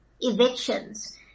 evictions